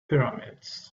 pyramids